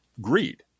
greed